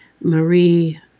Marie